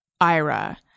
Ira